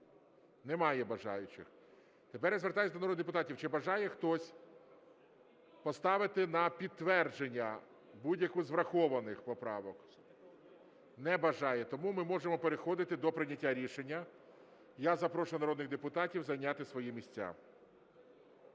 Немає бажаючих. Тепер я звертаюсь до народних депутатів, чи бажає хтось поставити на підтвердження будь-яку з врахованих поправок? Не бажає. Тому ми можемо переходити до прийняття рішення. Я запрошую народних депутатів зайняти свої місця.